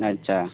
আচ্ছা